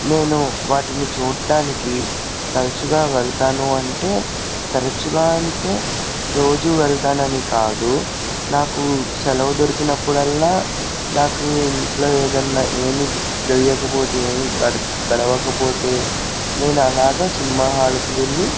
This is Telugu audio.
నేను వాటిని చూడడానికి తరచుగా వెళ్తాను అంటే తరచుగా అంటే రోజూ వెళ్తానని కాదు నాకు సెలవు దొరికినప్పుడల్లా నాకు ఇంట్లో ఏదన్నా ఏమీ తోయకపోతే ఏమీ గడ గడవకపోతే నేను అలాగా సినిమా హాల్ కి వెళ్లి